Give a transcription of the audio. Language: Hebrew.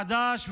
חד"ש ובל"ד,